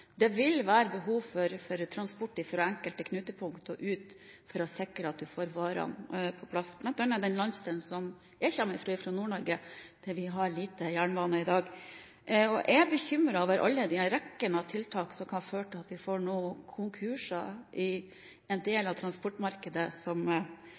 Det vil være behov for transport fra enkelte knutepunkt og ut for å sikre at man får varene på plass – bl.a. i den landsdelen som jeg kommer fra, Nord-Norge, der vi har lite jernbane i dag. Jeg er bekymret for rekken av tiltak som kan føre til at vi får konkurser i en del